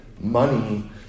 Money